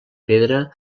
pedra